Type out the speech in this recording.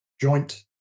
joint